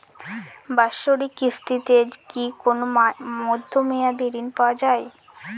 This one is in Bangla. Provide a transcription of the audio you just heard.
বাৎসরিক কিস্তিতে কি কোন মধ্যমেয়াদি ঋণ পাওয়া যায়?